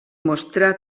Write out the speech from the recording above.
mostrà